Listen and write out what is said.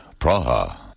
Praha